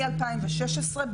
בעצם מ-2016,